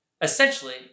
Essentially